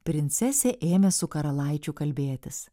princesė ėmė su karalaičiu kalbėtis